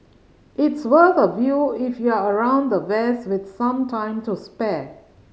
it's worth a view if you're around the west with some time to spare